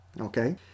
Okay